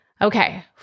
Okay